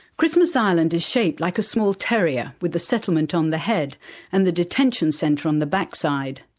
christmas island is shaped like a small terrier, with the settlement on the head and the detention centre on the backside.